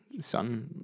sun